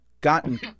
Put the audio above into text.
gotten